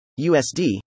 USD